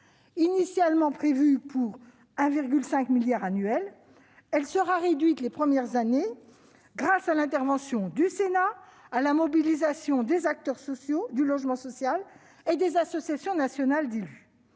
Initialement prévue pour une somme de 1,5 milliard d'euros annuels, celle-ci sera réduite les premières années grâce à l'intervention du Sénat et à la mobilisation des acteurs du logement social et des associations nationales d'élus.